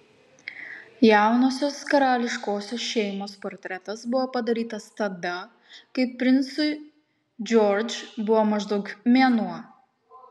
jaunosios karališkosios šeimos portretas buvo padarytas tada kai princui george buvo maždaug mėnuo